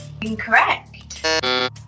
Incorrect